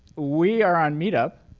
we are on meetup.